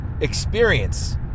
experience